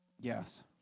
Yes